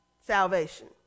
salvation